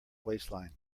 waistline